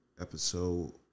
episode